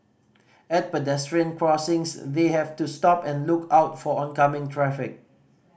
at pedestrian crossings they have to stop and look out for oncoming traffic